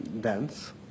Dance